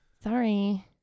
Sorry